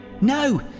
No